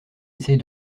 essaie